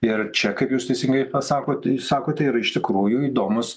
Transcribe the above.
ir čia kaip jūs teisingai pasakot sakote yra iš tikrųjų įdomus